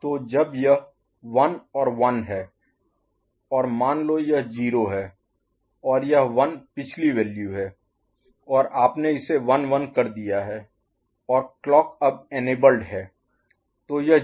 तो जब यह 1 और 1 है और मान लो यह 0 है और यह 1 पिछली वैल्यू है और आपने इसे 1 1 कर दिया है और क्लॉक अब इनेबल्ड सक्षम है